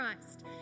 Christ